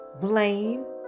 blame